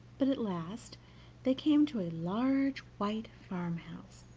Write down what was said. but at last they came to a large white farmhouse,